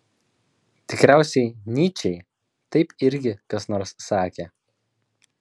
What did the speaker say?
tikriausiai nyčei taip irgi kas nors sakė